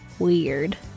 Weird